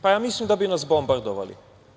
Pa, ja mislim da bi nas bombardovali.